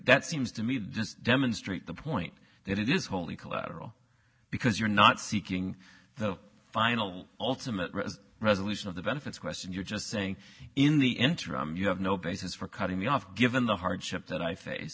that seems to me this demonstrate the point that it is wholly collateral because you're not seeking the final ultimate rez resolution of the benefits question you're just saying in the interim you have no basis for cutting me off given the hardship that i